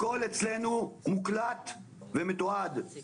הכול אצלנו מוקלט ומתועד.